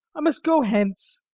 i must go hence.